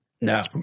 no